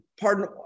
pardon